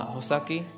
Hosaki